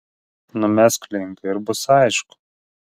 numesk linką ir bus aišku